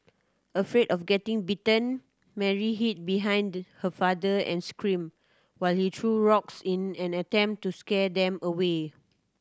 afraid of getting bitten Mary hid behind her father and screamed while he threw rocks in an attempt to scare them away